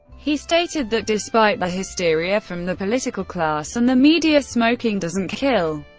he stated that despite the hysteria from the political class and the media, smoking doesn't kill.